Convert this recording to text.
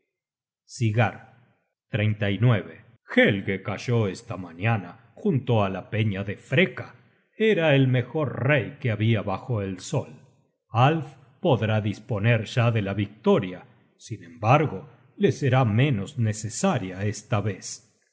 le vengaré sigar helge cayó esta mañana junto á la peña de freka era el mejor rey que habia bajo el sol alf podrá disponer ya de la victoria sin embargo le será menos necesaria esta vez